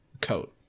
Coat